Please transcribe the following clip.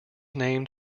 named